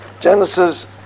Genesis